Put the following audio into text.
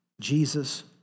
Jesus